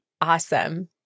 Awesome